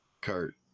Kurt